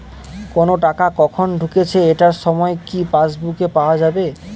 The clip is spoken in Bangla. কোনো টাকা কখন ঢুকেছে এটার সময় কি পাসবুকে পাওয়া যাবে?